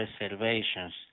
reservations